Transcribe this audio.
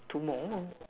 two more